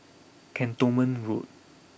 Cantonment Road